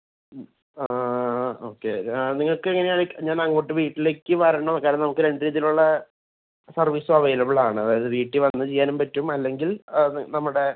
okay നിങ്ങൾക്ക് എങ്ങനെയാണ് ഞാൻ അങ്ങോട്ട് വീട്ടിലേക്ക് വരണോ കാരണം നമുക്ക് രണ്ട് രീതിയിലുള്ള സർവീസും അവൈലബിൾ ആണ് അതായത് വീട്ടിൽ വന്ന് ചെയ്യാനും പറ്റും അല്ലെങ്കിൽ അത് നമ്മുടെ